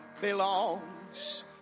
belongs